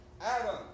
Adam